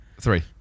Three